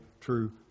true